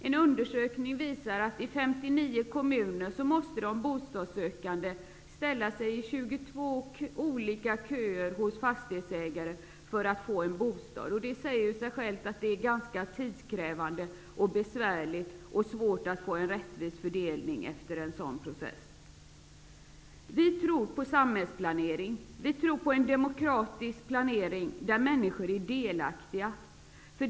En undersökning visar att i 59 kommuner måste de bostadssökande ställa sig i 22 olika köer hos fastighetsägare för att få en bostad. Det säger sig självt att det är ganska tidskrävande och besvärligt. Det är svårt att få en rättvis fördelning efter en sådan process. Vi tror på samhällsplanering. Vi tror på en demokratisk planering där människor är delaktiga.